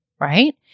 right